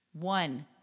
one